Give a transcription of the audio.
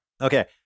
Okay